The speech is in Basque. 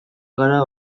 gara